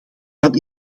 dan